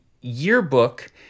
yearbook